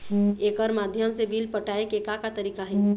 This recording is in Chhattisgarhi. एकर माध्यम से बिल पटाए के का का तरीका हे?